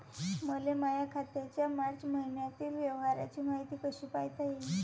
मले माया खात्याच्या मार्च मईन्यातील व्यवहाराची मायती कशी पायता येईन?